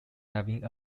having